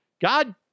God